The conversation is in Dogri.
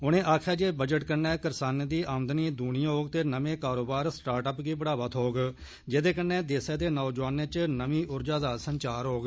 उनें आक्खेआ जे बजट कन्नै करसानें दी आमदनी दुनी होग ते नमें कारोबार स्टार्ट अप गी बढ़ावा थ्होग जेह्दे कन्नै देश दे नौजवानें च नमीं उर्जा दा संचार होग